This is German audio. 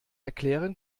erklären